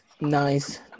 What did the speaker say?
nice